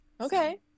okay